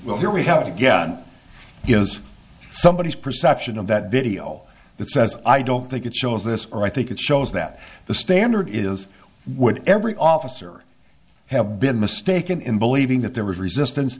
well here we go again gives somebody is perception of that video that says i don't think it shows this or i think it shows that the standard is would every officer have been mistaken in believing that there was resistance